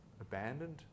abandoned